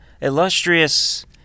illustrious